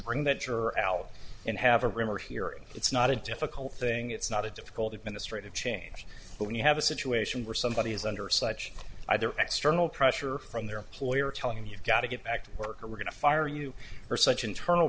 bring that juror al in have a rumor here and it's not a difficult thing it's not a difficult administrative change when you have a situation where somebody is under such either external pressure from their employer telling him you've got to get back to work or we're going to fire you are such internal